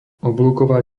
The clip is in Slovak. oblúková